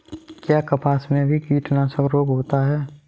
क्या कपास में भी कीटनाशक रोग होता है?